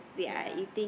ya